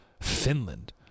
Finland